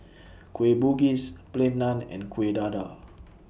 Kueh Bugis Plain Naan and Kuih Dadar